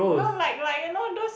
no like like you know those